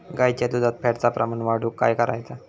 गाईच्या दुधात फॅटचा प्रमाण वाढवुक काय करायचा?